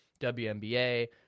WNBA